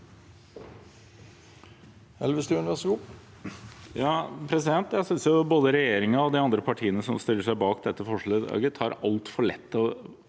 Jeg synes både regjer- ingen og de andre partiene som stiller seg bak dette forslaget, tar altfor lett på